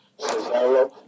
Cesaro